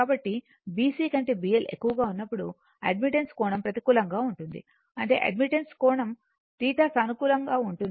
కాబట్టి BC కంటే BL ఎక్కువగా ఉన్నప్పుడు అడ్మిటెన్స్ కోణం ప్రతికూలంగా ఉంటుంది అంటే అడ్మిటెన్స్ కోణం θ సానుకూలంగా ఉంటుంది